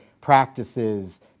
practices